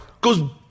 goes